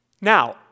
Now